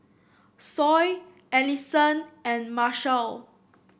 Sol Ellison and Marshal